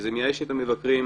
כשזה מייאש את המבקרים,